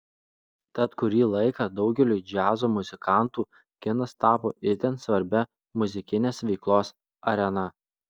tad kurį laiką daugeliui džiazo muzikantų kinas tapo itin svarbia muzikinės veiklos arena